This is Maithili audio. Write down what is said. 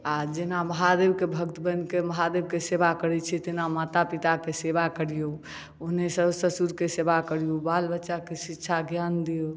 आओर जेना महादेवके भक्त बनिकऽ महादेवके सेवा करै छी तेना माता पिताके सेवा करिऔ ओहने साउस ससुरके सेवा करिऔ बाल बच्चाके शिक्षा ज्ञान दिऔ